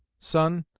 son,